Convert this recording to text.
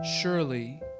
Surely